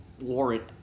warrant